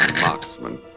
marksman